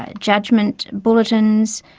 ah judgement bulletins,